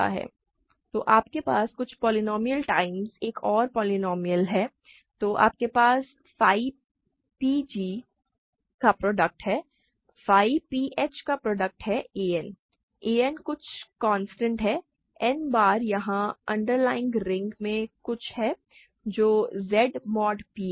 तो आपके पास कुछ पोलीनोमिअल टाइम्स एक और पोलीनोमिअल है तो आपके पास phi p g का प्रोडक्ट है phi p h का प्रोडक्ट a n है a n कुछ कांस्टेंट है n बार यहां अंडरलाइंग रिंग में कुछ है जो Z mod p Z है